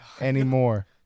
anymore